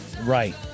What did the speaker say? Right